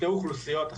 אוכלוסיות.